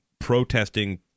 protesting